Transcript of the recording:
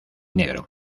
negro